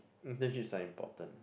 this is like important